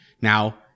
Now